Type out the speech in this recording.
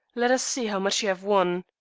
let us see how much you have won.